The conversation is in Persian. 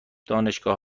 دانشگاه